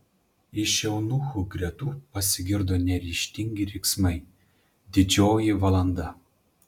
iš eunuchų gretų pasigirdo neryžtingi riksmai didžioji valanda